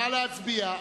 נא להצביע.